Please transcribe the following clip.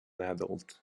adult